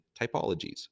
typologies